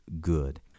good